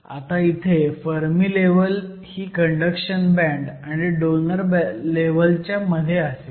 आता इथे Fermi level ही कंडक्शन बँड आणि डोनर लेव्हलच्या मध्ये असेल